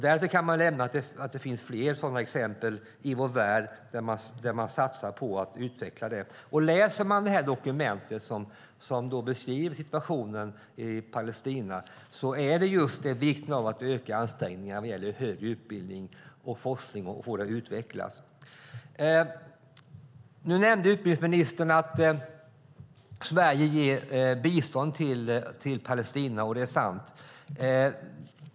Därtill kan nämnas att det finns fler sådana exempel i vår värld på att man satsar på att utveckla det. Om man läser det dokument som beskriver situationen i Palestina framgår det att det är viktigt att öka ansträngningarna vad gäller högre utbildning och få det att utvecklas. Utbildningsministern nämnde att Sverige ger bistånd till Palestina, och det är sant.